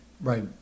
Right